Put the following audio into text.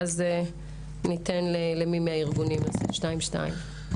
ואז ניתן למי מהארגונים, שניים-שניים.